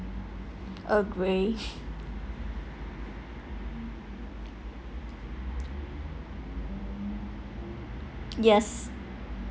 earl grey yes